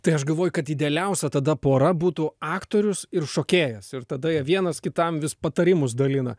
tai aš galvoju kad idealiausia tada pora būtų aktorius ir šokėjas ir tada jie vienas kitam vis patarimus dalina